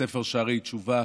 בספר "שערי תשובה"